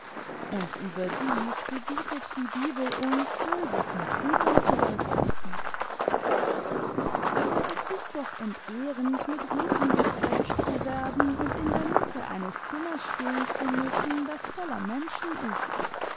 und überdies gebietet die bibel uns böses mit gutem zu vergelten aber es ist doch entehrend mit ruten gepeitscht zu werden und in der mitte eines zimmers stehen zu müssen das voller menschen ist